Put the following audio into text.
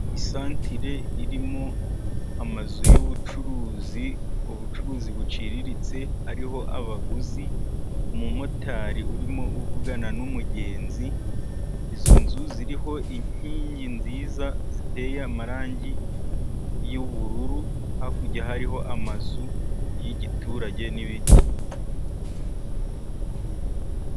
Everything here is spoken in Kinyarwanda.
Isantire irimo amazu y'ubucuruzi ubucuruzi buciriritse hariho abaguzi, umumotari urimo uvugana n'umugenzi , izo nzu ziriho inkingi nziza ziteye amarangi y'ubururu , hakurya hariho amazu y'igiturage n'ibiti.